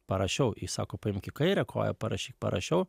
parašiau ji sako paimk į kairę koją parašyk parašiau